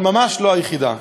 אבל ממש לא היחידה.